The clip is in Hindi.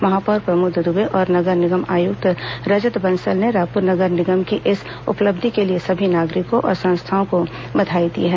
महापौर प्रमोद दुबे और नगर निगम आयुक्त रजत बंसल ने रायपुर नगर निगम की इस उपलब्धि के लिए सभी नागरिकों और संस्थाओं को बधाई दी है